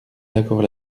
d’accord